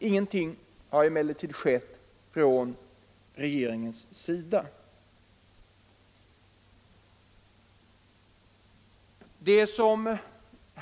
Ingenting har emellertid skett från regeringens sida.